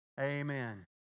amen